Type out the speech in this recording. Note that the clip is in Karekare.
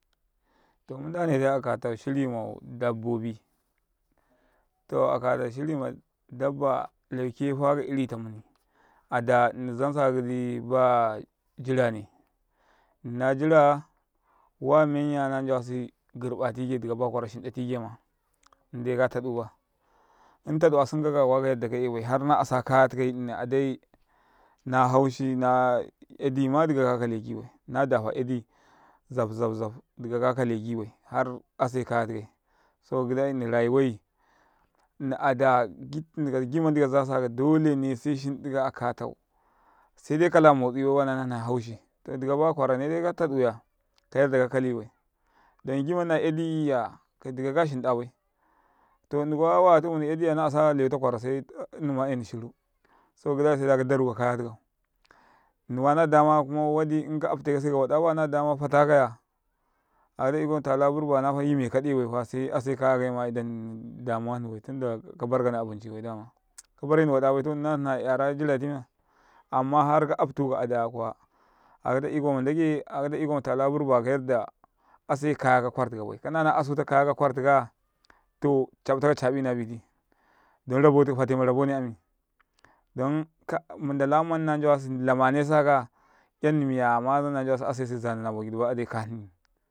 ﻿Mu ndane dai aka sheriman dabbobi to akata shirima dabba laukefaka irinta muni ada ndini zansaka ɡiɗi ba tabane na taba wa menya na njawasi ɡirɓatike dika ba kwarau shinɗatike indai ka tadubaya in taɗu asun kakaya kuwa ka menna dika 'yina bai harna asa kare tikaundini adai na 'yaɗi ɗika ka kale ɡibai na dafa 'yadi zafzai zaf ɗika ka kale ɡibai har ase kare tikai saboka ɡidai ndini rayuwai ndini ada ɡita mandi kazo sakau dolene se shindika katau se dai kala motsi bai baya nala hni 'yadi to dika bakwaraneda katoduy kayadda ka kali bai donɡiman na 'yadiyyiya dika kashinda bai to ndini kuma wayatu kamuni 'yadiyya na asa leuta kwarau sendinima eni shiru saboka ɡidai saida kadaruka kaya tikau nnima na damaya kuma wadi inka abtekase kawaɗa baya nadama fata kaya akata iko matala burba nafa yime kaɗebai se ase kare kaima a idanni damuwa nnibai saboka kabarkanni tinabai dam aka barkanni waɗa bai na hna yara dimiti miya amma harka abtuka'a daya kuwa akataiko matala burba na yina ase kare ka kwartikabia kana na asu ta kare ka kwartikaya ko caნtaka caნina biti fatemarabone ami don ka ndala man na njawasi lamanesa kaya 'yanni miya yama na njawasi ase se.